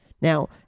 Now